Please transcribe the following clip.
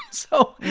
and so,